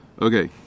Okay